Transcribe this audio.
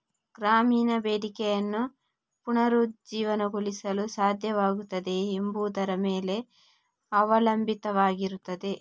ಗ್ರಾಮೀಣ ಬೇಡಿಕೆಯನ್ನು ಪುನರುಜ್ಜೀವನಗೊಳಿಸಲು ಸಾಧ್ಯವಾಗುತ್ತದೆಯೇ ಎಂಬುದರ ಮೇಲೆ ಅವಲಂಬಿತವಾಗಿರುತ್ತದೆ